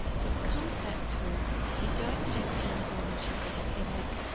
so it comes back to you don't take panadol unless you've got a headache,